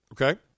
Okay